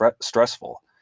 stressful